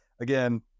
Again